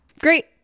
Great